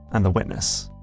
and the witness.